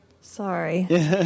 Sorry